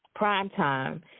Primetime